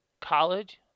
college